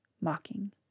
mocking